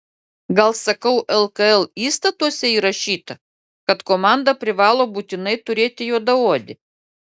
gal sakau lkl įstatuose įrašyta kad komanda privalo būtinai turėti juodaodį